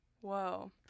Whoa